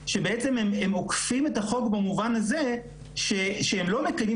שבעצם הם עוקפים את החוק במובן הזה שהם לא מקיימים